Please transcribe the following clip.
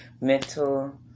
Mental